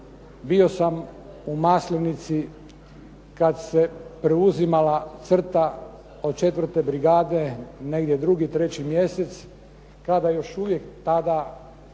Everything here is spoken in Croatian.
bio sam u Maslenici kada se preuzimala crta od IV. Brigade, negdje 2., 3. mjesec kada još uvijek pada,